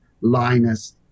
Linus